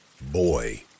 Boy